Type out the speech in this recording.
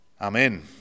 Amen